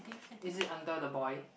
is it under the boy